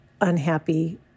unhappy